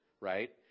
right